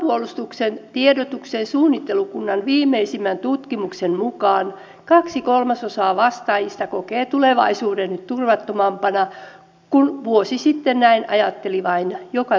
maanpuolustuksen tiedotuksen suunnittelukunnan viimeisimmän tutkimuksen mukaan kaksi kolmasosaa vastaajista kokee tulevaisuuden turvattomampana kun vuosi sitten näin ajatteli vain joka toinen